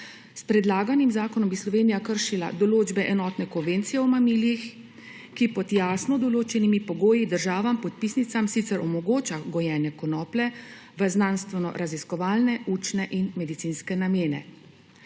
S predlaganim zakonom bi Slovenija kršila določbe Enotne konvencije o mamilih, ki pod jasno določenimi pogoji državam podpisnicam sicer omogoča gojenje konoplje v znanstvenoraziskovalne, učne in medicinske namene.